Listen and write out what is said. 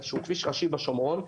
כביש ראשי בשומרון,